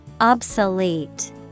Obsolete